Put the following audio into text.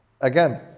again